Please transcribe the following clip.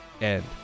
end